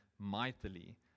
mightily